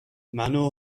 منو